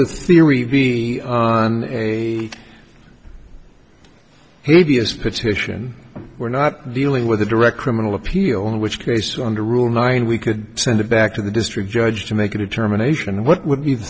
the theory be on a he is petition we're not dealing with a direct criminal appeal in which case under rule nine we could send it back to the district judge to make a determination what would